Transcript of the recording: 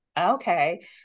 okay